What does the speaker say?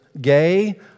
gay